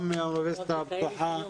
גם מהאוניברסיטה הפתוחה,